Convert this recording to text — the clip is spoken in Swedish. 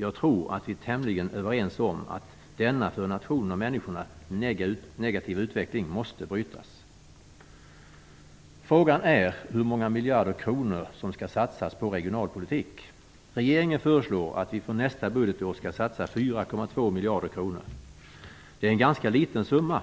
Jag tror att vi är tämligen överens om att denna för nationen och människorna negativa utveckling måste brytas. Frågan är hur många miljarder kronor som skall satsas på regionalpolitik. Regeringen föreslår att vi för nästa budgetår skall satsa 4,2 miljarder kronor. Det är en ganska liten summa.